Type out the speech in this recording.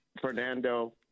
Fernando